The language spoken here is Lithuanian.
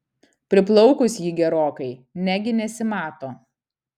priplaukus ji gerokai negi nesimato